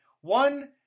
One